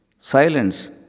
Silence